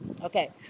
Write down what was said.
Okay